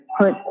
put